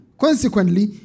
consequently